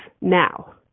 now